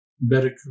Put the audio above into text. better